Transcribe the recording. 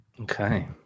Okay